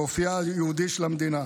והופיע ה"יהודי" של המדינה.